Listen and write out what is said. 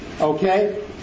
Okay